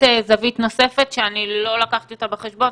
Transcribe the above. זווית נוספת שאני לא לקחתי אותה בחשבון.